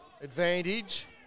Advantage